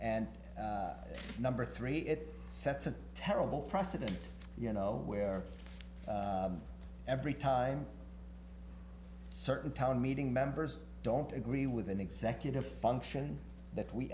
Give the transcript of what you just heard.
d number three it sets a terrible precedent you know where every time certain town meeting members don't agree with an executive function that we